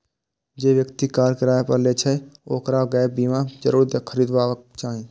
जे व्यक्ति कार किराया पर लै छै, ओकरा गैप बीमा जरूर खरीदबाक चाही